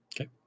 okay